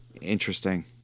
Interesting